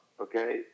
okay